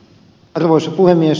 arvoisa puhemies